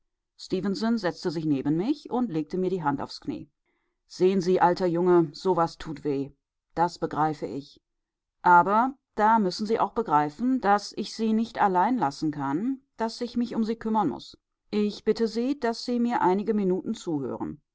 setzte sich neben mich und legte mir die hand aufs knie sehen sie alter junge so was tut weh das begreife ich aber da müssen sie auch begreifen daß ich sie nicht allein lassen kann daß ich mich um sie kümmern muß ich bitte sie daß sie mir einige minuten zuhören